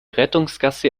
rettungsgasse